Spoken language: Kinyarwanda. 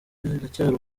biracyari